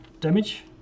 Damage